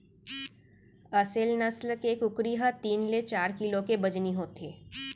असेल नसल के कुकरी ह तीन ले चार किलो के बजनी होथे